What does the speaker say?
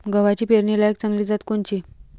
गव्हाची पेरनीलायक चांगली जात कोनची?